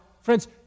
friends